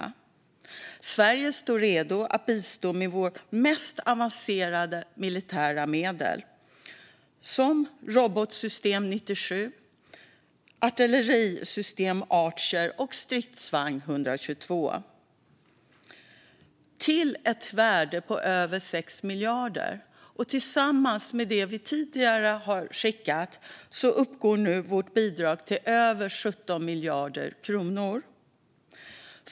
Vi i Sverige står redo att bistå med våra mest avancerade militära medel, som Robotsystem 97, Artillerisystem Archer och Stridsvagn 122, till ett värde av över 6 miljarder. Vårt bidrag, inklusive det vi tidigare har skickat, uppgår nu till över 17 miljarder kronor.